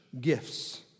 gifts